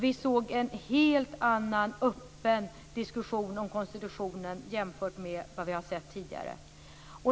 Vi såg en helt annan och öppen diskussion om konstitutionen jämfört med vad som förekommit tidigare.